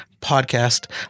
Podcast